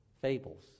fables